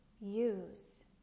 use